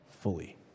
fully